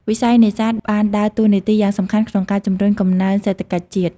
វិស័យនេសាទបានដើរតួនាទីយ៉ាងសំខាន់ក្នុងការជំរុញកំណើនសេដ្ឋកិច្ចជាតិ។